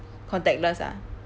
contactless ah